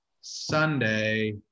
Sunday